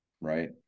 right